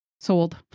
Sold